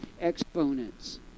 exponents